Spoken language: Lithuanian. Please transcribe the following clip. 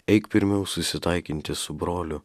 eik pirmiau susitaikinti su broliu